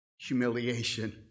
Humiliation